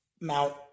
Mount